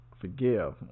forgive